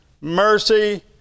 mercy